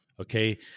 Okay